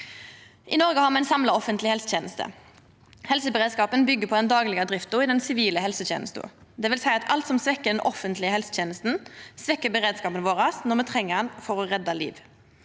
I Noreg har me ei samla offentleg helseteneste. Helseberedskapen byggjer på den daglege drifta i den sivile helsetenesta. Det vil seia at alt som svekkjer den offentlege helsetenesta, svekkjer beredskapen vår når me treng han for å redda liv.